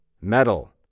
metal